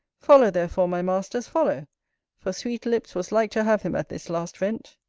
follow, therefore, my masters, follow for sweetlips was like to have him at this last vent.